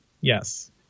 Yes